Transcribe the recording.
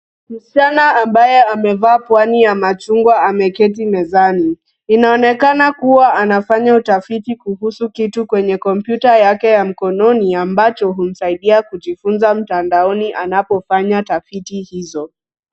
Msichana ambaye amevaa pwani ya machungwa ameketi mezani. Inaonekana kua anafanya utafiti kuhusu kitu kwenye kompyuta yake mkononi, ambacho humsaidia kujifunza mtandaoni anapofanya tafiti hizo.